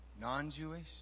non-jewish